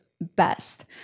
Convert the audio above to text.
Best